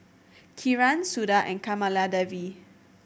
Kiran Suda and Kamaladevi